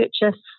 purchase